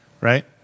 Right